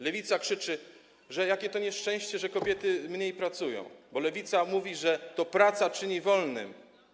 Lewica krzyczy, jakie to nieszczęście, że kobiety mniej pracują, bo lewica twierdzi, że to praca czyni wolnym.